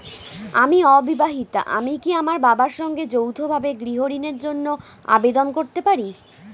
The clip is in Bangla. আমি অবিবাহিতা আমি কি আমার বাবার সঙ্গে যৌথভাবে গৃহ ঋণের জন্য আবেদন করতে পারি?